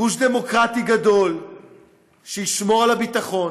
גוש דמוקרטי גדול שישמור על הביטחון,